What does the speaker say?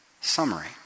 summary